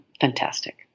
fantastic